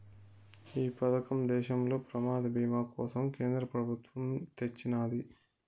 ఈ పదకం దేశంలోని ప్రమాద బీమా కోసరం కేంద్ర పెబుత్వమ్ తెచ్చిన్నాది